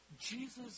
Jesus